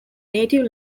native